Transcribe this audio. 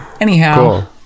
anyhow